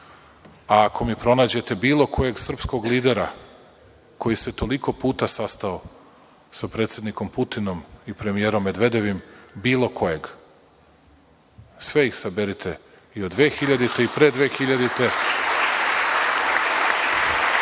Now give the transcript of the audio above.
a ako mi pronađete bilo kojeg srpskog lidera koji se toliko puta sastao sa predsednikom Putinom i premijerom Medvedevim, bilo kojeg, sve ih saberite i od 2000. i pre 2000,